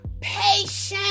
patience